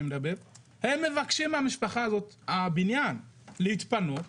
מבקשים מהבניין להתפנות.